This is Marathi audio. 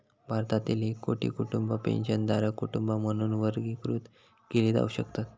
भारतातील एक कोटी कुटुंबा पेन्शनधारक कुटुंबा म्हणून वर्गीकृत केली जाऊ शकतत